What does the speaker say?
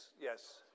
yes